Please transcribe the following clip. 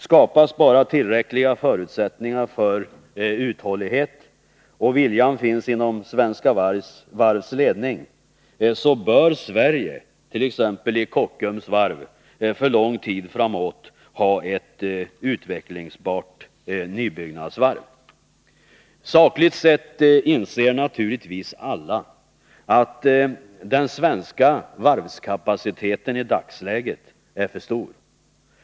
Skapas tillräckliga förutsättningar för uthållighet — och finns viljan inom Svenska Varvs ledning — så bör Sverige t.ex. i Kockums varv för lång tid framåt ha ett utvecklingsbart nybyggnadsvarv. Sakligt sett är naturligtvis alla på det klara med att den svenska varvskapaciteten i dagsläget är för stor.